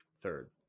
third